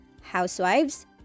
housewives